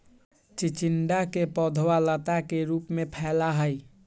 चिचिंडा के पौधवा लता के रूप में फैला हई